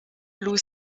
blue